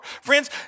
Friends